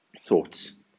thoughts